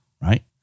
Right